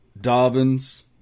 Dobbins